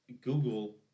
Google